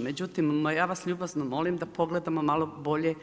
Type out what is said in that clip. Međutim, ja vas ljubazno molim da pogledamo malo bolje,